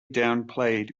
downplayed